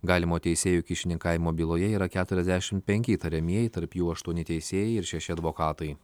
galimo teisėjų kyšininkavimo byloje yra keturiasdešim penki įtariamieji tarp jų aštuoni teisėjai ir šeši advokatai